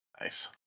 Nice